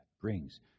brings